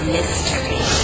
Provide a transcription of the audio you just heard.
Mystery